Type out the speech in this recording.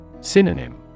Synonym